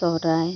ᱥᱚᱦᱚᱨᱟᱭ